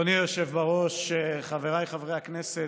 אדוני היושב בראש, חבריי חברי הכנסת,